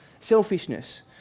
selfishness